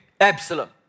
Absalom